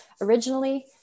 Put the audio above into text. originally